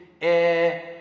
air